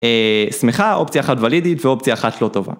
שמחה, אופציה אחת ולידית ואופציה אחת לא טובה.